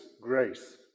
grace